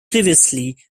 previously